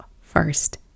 first